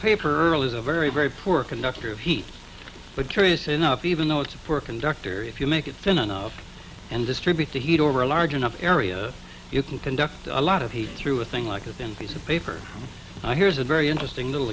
paper earl is a very very poor conductor of heat but curious enough even though it's a poor conductor if you make it finnan up and distribute the heat over a large enough area you can conduct a lot of heat through a thing like a thin piece of paper i here's a very interesting little